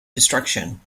destruction